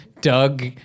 Doug